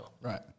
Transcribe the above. Right